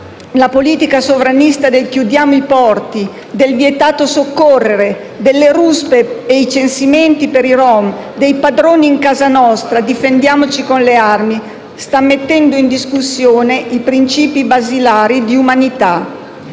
la politica sovranista del «chiudiamo i porti», del «vietato soccorrere», delle ruspe e i censimenti per i rom, dei «padroni in casa nostra», del «difendiamoci con le armi», sta mettendo in discussione i principi basilari di umanità.